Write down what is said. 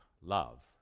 love